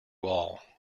all